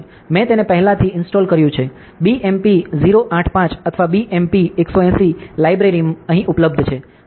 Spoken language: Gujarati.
મેં તેને પહેલાથી ઇન્સ્ટોલ કર્યું છે BMP 085 અથવા BMP 180 લાઇબ્રેરિમાં અહીં ઉપલબ્ધ છે